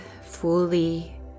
fully